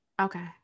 Okay